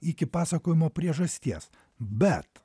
iki pasakojimo priežasties bet